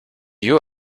you